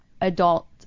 adult